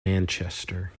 manchester